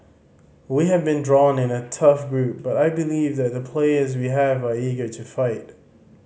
we have been drawn in a tough group but I believe that the players we have are eager to fight